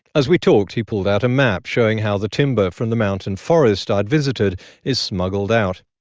as we talked, he pulled out a map showing how the timber from the mountain forest i'd visited is smuggled out.